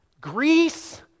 Greece